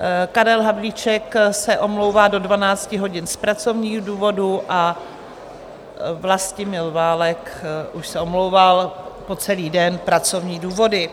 Karel Havlíček se omlouvá do 12 hodin z pracovních důvodů a Vlastimil Válek už se omlouval po celý den z pracovních důvodů.